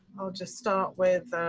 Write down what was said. i'll just start with the.